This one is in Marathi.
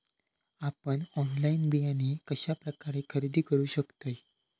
आपन ऑनलाइन बियाणे कश्या प्रकारे खरेदी करू शकतय?